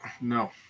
No